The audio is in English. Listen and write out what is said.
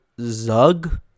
Zug